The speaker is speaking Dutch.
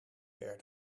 ver